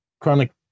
chronic